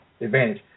advantage